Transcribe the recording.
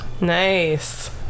Nice